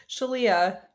Shalia